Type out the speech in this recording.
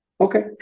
Okay